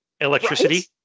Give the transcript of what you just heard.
electricity